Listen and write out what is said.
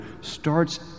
starts